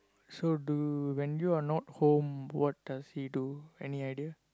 so do when you are not home what does he do any idea